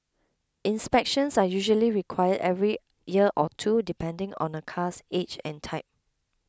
inspections are usually required every year or two depending on a car's age and type